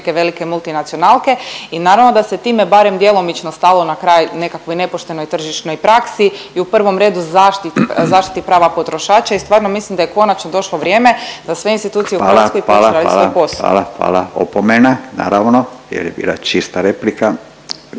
velike multinacionalke i naravno da se time barem djelomično stalo na kraj nekakvoj nepoštenoj tržišnoj praksi i u prvom redu zaštititi prava potrošača i stvarno mislim da je konačno došlo vrijeme da sve institucije … .../Upadica: Hvala, hvala, hvala./... u Hrvatskoj počnu raditi